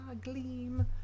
gleam